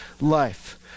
life